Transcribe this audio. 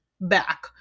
back